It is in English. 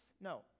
No